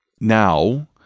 Now